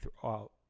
throughout